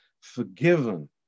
forgiven